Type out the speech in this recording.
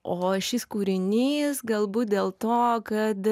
o šis kūrinys galbūt dėl to kad